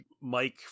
Mike